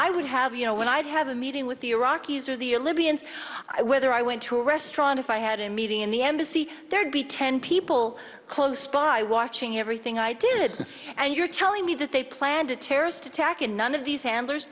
i would have you know when i'd have a meeting with the iraqis or the libyans i whether i went to a restaurant if i had a meeting in the embassy there would be ten people close by watching everything i did and you're telling me that they planned a terrorist attack and none of these handlers